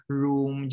room